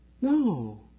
No